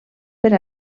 per